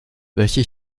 welche